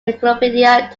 encyclopedic